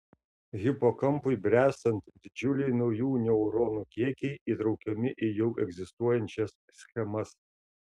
hipokampui bręstant didžiuliai naujų neuronų kiekiai įtraukiami į jau egzistuojančias schemas